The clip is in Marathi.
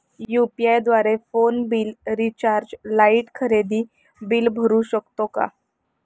यु.पी.आय द्वारे फोन बिल, रिचार्ज, लाइट, खरेदी बिल भरू शकतो का?